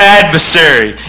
adversary